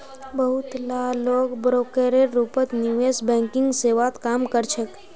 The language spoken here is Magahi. बहुत ला लोग ब्रोकरेर रूपत निवेश बैंकिंग सेवात काम कर छेक